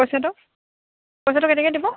পইচাটো পইচাটো কেতিয়াকৈ দিব